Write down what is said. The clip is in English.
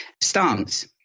Stance